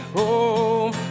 home